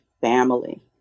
family